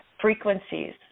frequencies